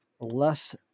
less